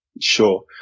sure